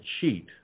cheat